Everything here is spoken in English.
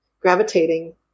gravitating